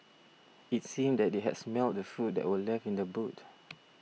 it seemed that they had smelt the food that were left in the boot